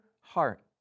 heart